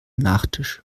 nachtisch